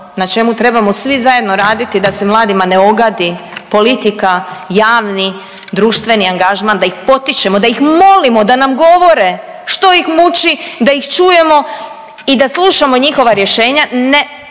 na čemu trebamo svi zajedno raditi da se mladima ne ogadi politika javni društveni angažman, da ih potičemo, da ih molimo da nam govore što ih muči, da ih čujemo i da slušamo njihova rješenja. Ne,